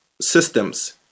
systems